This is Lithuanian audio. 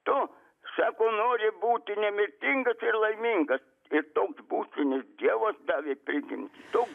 tu sako nori būti nemirtingas ir laimingas ir toks būsiu nes dievas davė prigimtį daug